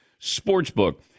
Sportsbook